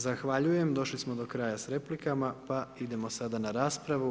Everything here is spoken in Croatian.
Zahvaljujem, došli smo do kraja s replikama, pa idemo sada na raspravu.